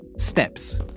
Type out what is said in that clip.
Steps